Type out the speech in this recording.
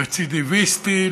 רצידיביסטי,